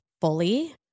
fully